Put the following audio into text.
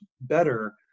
better